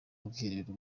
bwiherero